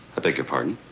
beg your pardon?